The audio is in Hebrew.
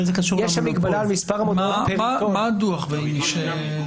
מה דוח בייניש אומר?